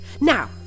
Now